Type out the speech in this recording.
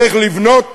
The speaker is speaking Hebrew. צריך לבנות,